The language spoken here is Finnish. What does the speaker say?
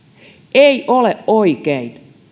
ei ole oikein